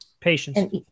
Patience